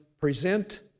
present